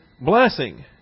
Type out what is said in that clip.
blessing